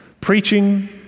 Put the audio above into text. Preaching